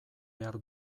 behar